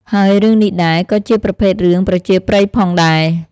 ហើយរឿងនេះដែរ ក៏ជាប្រភេទរឿងប្រជាប្រិយផងដែរ។